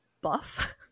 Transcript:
buff